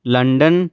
London